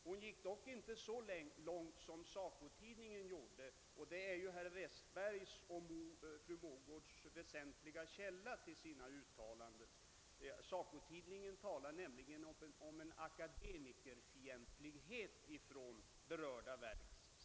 Hon gick dock inte så långt som man gjort i SACO-tidningen, som varit den huvudsakliga källan till herr Westbergs och fru Mogårds uttalanden. I SACO-tidningen talas det nämligen om »akademikerfientlighet« i berörda verk.